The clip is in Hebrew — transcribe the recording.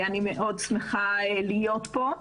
אני מאוד שמחה להיות פה,